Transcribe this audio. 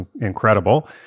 incredible